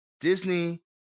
Disney